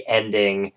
ending